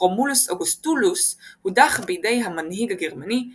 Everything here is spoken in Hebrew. רומולוס אוגוסטולוס הודח בידי המנהיג הגרמאני אודואקר.